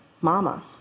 Mama